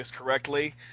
correctly